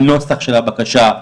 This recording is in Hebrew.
הנוסח של הבקשה,